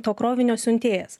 to krovinio siuntėjas